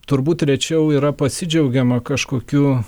turbūt rečiau yra pasidžiaugiama kažkokiu